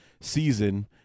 season